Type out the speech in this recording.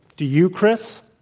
do you, kris?